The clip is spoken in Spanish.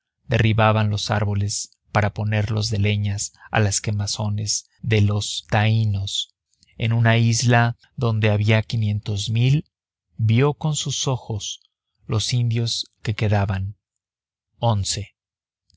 derribaban los árboles para ponerlos de leñas a las quemazones de los taínos en una isla donde había quinientos mil vio con sus ojos los indios que quedaban once